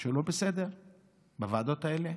משהו לא בסדר בוועדות האלה?